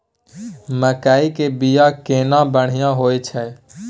मकई के बीया केना बढ़िया होय छै?